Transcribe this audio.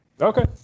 Okay